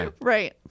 Right